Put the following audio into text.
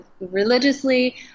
religiously